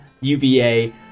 UVA